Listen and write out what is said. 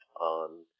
on